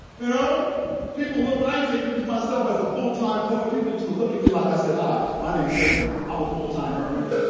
you know people look, when i used to introduce myself as a full-time poet, people used to look at me like i said, hi. my name is sekou. i'm a full-time mermaid.